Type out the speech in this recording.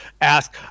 ask